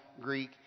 Greek